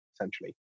essentially